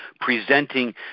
presenting